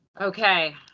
Okay